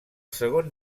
segon